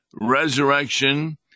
resurrection